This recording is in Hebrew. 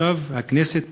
הכנסת,